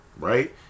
right